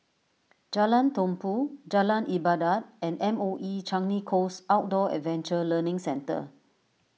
Jalan Tumpu Jalan Ibadat and M O E Changi Coast Outdoor Adventure Learning Centre